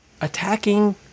attacking